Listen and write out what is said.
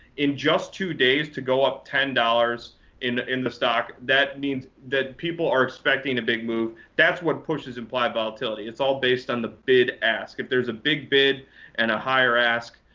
in just two days, to go up ten dollars in in the stock, that means that people are expecting a big move. that's what pushes implied volatility. it's all based on the bid ask. if there's a big bid and a higher ask,